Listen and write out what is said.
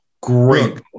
Great